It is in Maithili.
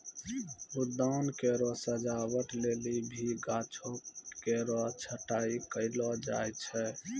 उद्यान केरो सजावट लेलि भी गाछो केरो छटाई कयलो जाय छै